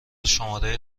شماره